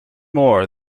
more